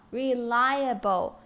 ,reliable